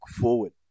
forward